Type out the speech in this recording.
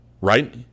right